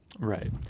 Right